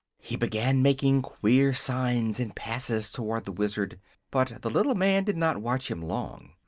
he began making queer signs and passes toward the wizard but the little man did not watch him long.